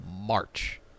March